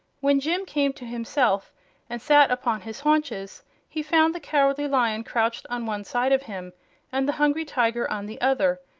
when jim came to himself and sat upon his haunches he found the cowardly lion crouched on one side of him and the hungry tiger on the other,